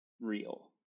real